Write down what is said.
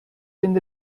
den